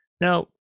Now